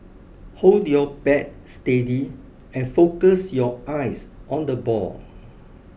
hold your bat steady and focus your eyes on the ball